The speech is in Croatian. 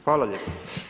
Hvala lijepa.